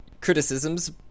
Criticisms